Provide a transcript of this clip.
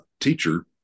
teacher